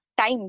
time